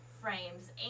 frames